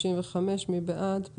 תקנה 55, מי בעד?